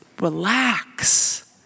Relax